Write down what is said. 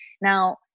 Now